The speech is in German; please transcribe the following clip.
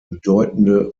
bedeutende